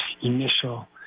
initial